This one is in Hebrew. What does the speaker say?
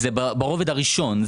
הם ברובד הראשון.